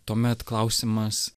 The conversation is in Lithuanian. tuomet klausimas